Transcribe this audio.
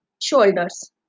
shoulders